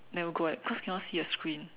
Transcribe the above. never go like that because cannot see the screen